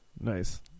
Nice